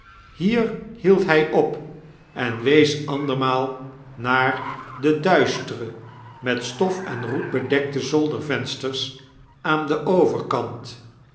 hier hield hy op en wees andermaal naar de duistere met stof en roet bedekte zoldervensters aan den overkant